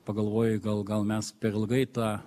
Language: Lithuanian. pagalvoji gal gal mes per ilgai tą